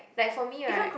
like for me right